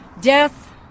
death